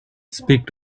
speak